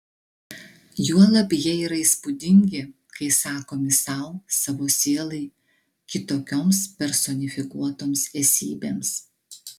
juolab jie yra įspūdingi kai sakomi sau savo sielai kitokioms personifikuotoms esybėms